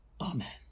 Amen